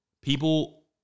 People